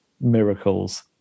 miracles